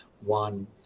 one